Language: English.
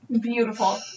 Beautiful